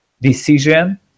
decision